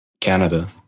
Canada